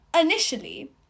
initially